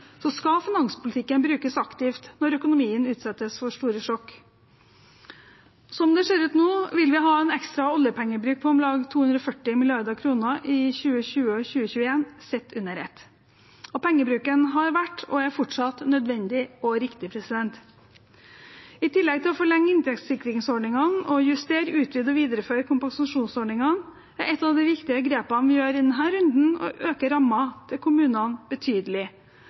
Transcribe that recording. skal finanspolitikken brukes aktivt når økonomien utsettes for store sjokk. Slik det ser ut nå, vil vi ha en ekstra oljepengebruk på om lag 240 mrd. kr i 2020 og 2021 sett under ett. Og pengebruken har vært og er fortsatt nødvendig og riktig. I tillegg til å forlenge inntektssikringsordningene og justere, utvide og videreføre kompensasjonsordningene er et av de viktige grepene vi gjør i denne runden, å øke rammen til kommunene betydelig,